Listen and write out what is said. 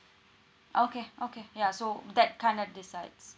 okay okay ya so that kind of decides